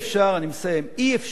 אי-אפשר